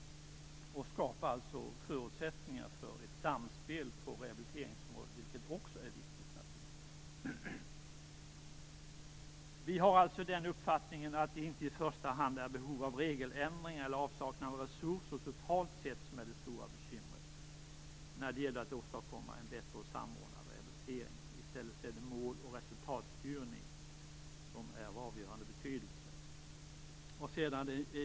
Det skapar förutsättningar för ett samspel på rehabiliteringsområdet, vilket naturligtvis också är viktigt. Vi har den uppfattningen att det inte i första hand är behov av regeländringar eller avsaknaden av resurser totalt sett som är det stora bekymret när det gäller att åstadkomma en bättre och samordnad rehabilitering. I stället är mål och resultatstyrning av avgörande betydelse.